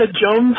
Jones